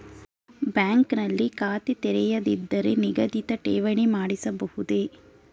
Bank ನಲ್ಲಿ ಖಾತೆ ತೆರೆಯದಿದ್ದರೂ ನಿಗದಿತ ಠೇವಣಿ ಮಾಡಿಸಬಹುದೇ?